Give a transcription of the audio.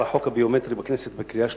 החוק הביומטרי בכנסת בקריאה שלישית,